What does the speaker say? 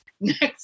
next